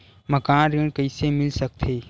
मकान ऋण कइसे मिल सकथे?